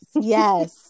Yes